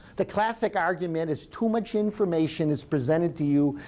the classic argument is too much information is presented to you.